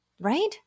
Right